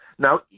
Now